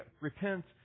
repent